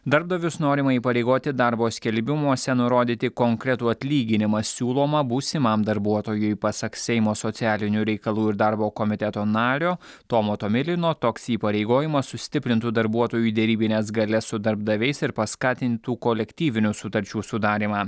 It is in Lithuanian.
darbdavius norima įpareigoti darbo skelbimuose nurodyti konkretų atlyginimą siūlomą būsimam darbuotojui pasak seimo socialinių reikalų ir darbo komiteto nario tomo tomilino toks įpareigojimas sustiprintų darbuotojų derybines galias su darbdaviais ir paskatintų kolektyvinių sutarčių sudarymą